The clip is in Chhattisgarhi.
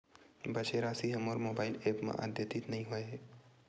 बचे राशि हा मोर मोबाइल ऐप मा आद्यतित नै होए हे